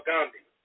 Gandhi